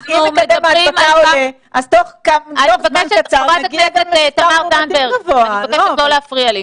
חברת הכנסת זנדברג, את מפריעה לי.